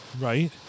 Right